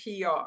PR